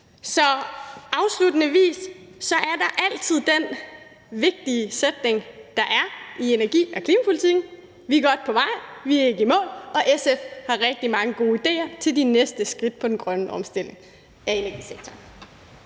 Afslutningsvis er der altid den vigtige sætning i energi- og klimapolitikken, nemlig at vi er godt på vej, men at vi ikke er i mål, og SF har rigtig mange gode idéer til de næste skridt i den grønne omstilling af energisektoren.